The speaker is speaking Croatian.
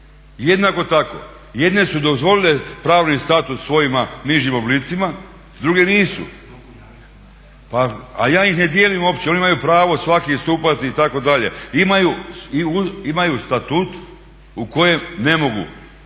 jednako tako. Jedne su dozvolile pravni status svojim nižim oblicima, druge nisu. A ja ih ne dijelim uopće, oni imaju pravo svaki istupati itd. Imaju statut u kojem ne mogu